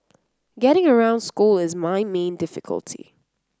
getting around school is my main difficulty